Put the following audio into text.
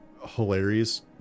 hilarious